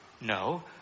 No